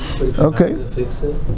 Okay